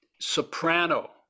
soprano